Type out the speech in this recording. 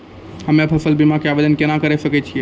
हम्मे फसल बीमा के आवदेन केना करे सकय छियै?